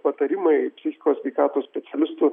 patarimai psichikos sveikatos specialistų